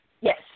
Yes